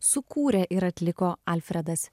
sukūrė ir atliko alfredas